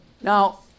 Now